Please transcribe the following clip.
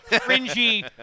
fringy